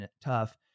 tough